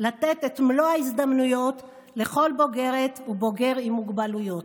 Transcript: לתת את כל ההזדמנויות לכל בוגרת ובוגר עם מוגבלויות.